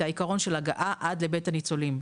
להמשיך את העקרון של הגעה עד לבית הניצולים,